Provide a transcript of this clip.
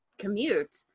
commute